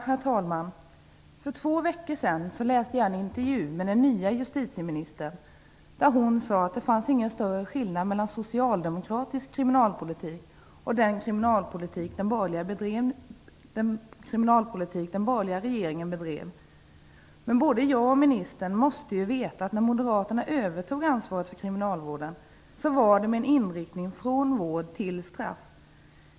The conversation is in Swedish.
Herr talman! För två veckor sedan läste jag en intervju med den nya justitieministern där hon sade att det inte fanns någon större skillnad mellan socialdemokratisk kriminalpolitik och den kriminalpolitik som den borgerliga regeringen bedrev. Men både jag och ministern måste ju veta att när Moderaterna övertog ansvaret för kriminalvården så innebar det en inriktning med övergång från vård till straff.